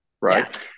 Right